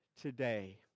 today